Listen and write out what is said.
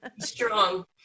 Strong